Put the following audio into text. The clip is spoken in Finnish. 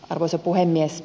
arvoisa puhemies